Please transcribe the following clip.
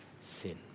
sin